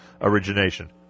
origination